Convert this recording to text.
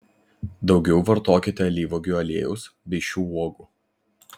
daugiau vartokite alyvuogių aliejaus bei šių uogų